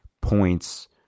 points